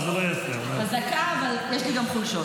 אני גם היום --- אל תפריע לי, חבר הכנסת כץ.